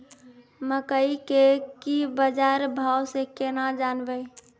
मकई के की बाजार भाव से केना जानवे?